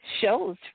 shows